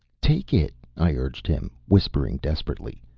take it, i urged him, whispering desperately.